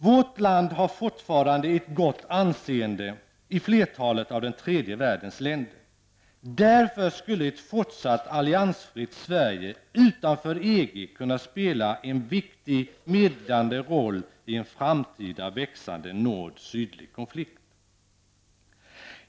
Vårt land har fortfarande ett gott anseende i flertalet av den tredje världens länder. Därför skulle ett fortsatt alliansfritt Sverige -- utanför EG -- kunna spela en viktig medlande roll i en framtida växande nord--syd-konflikt.